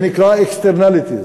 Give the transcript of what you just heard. זה נקרא externalities,